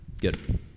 good